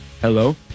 Hello